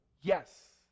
yes